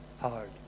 hard